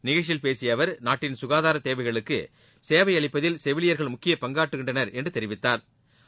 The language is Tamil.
நிகழ்ச்சியில் பேசிய அவா் நாட்டின் சுகாதார தேவைகளுக்கு சேவை அளிப்பதில் செவிலியர்கள் முக்கிய பங்காற்றுகின்றனா் என்று தெரிவித்தாா்